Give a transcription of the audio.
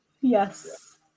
Yes